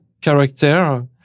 character